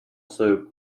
soup